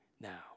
now